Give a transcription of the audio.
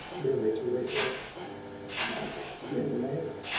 murmured to herself now i can get away!